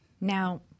Now